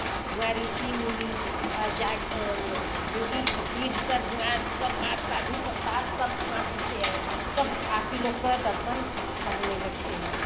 वहाँ ऋषि मुनि और जा जोगी फकीर सब वहाँ सब मार साधु संतार सब वहाँ मिलते हैं सब आप ही लोग का दर्शन करने लगते हैं